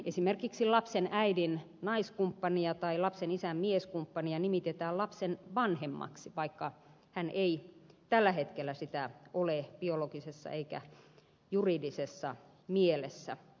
esimerkiksi lapsen äidin naiskumppania tai lapsen isän mieskumppania nimitetään lapsen vanhemmaksi vaikka hän ei tällä hetkellä sitä ole biologisessa eikä juridisessa mielessä